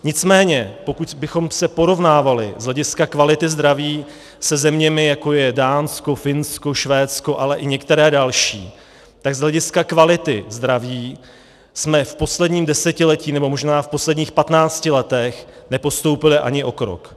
Nicméně pokud bychom se porovnávali z hlediska kvality zdraví se zeměmi, jako je Dánsko, Finsko, Švédsko, ale i některé další, tak z hlediska kvality zdraví jsme v posledním desetiletí nebo možná v posledních 15 letech nepostoupili ani o krok.